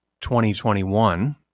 2021